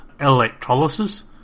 electrolysis